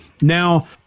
Now